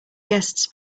guests